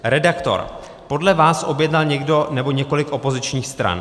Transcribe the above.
Redaktor: Podle vás objednal někdo nebo několik opozičních stran.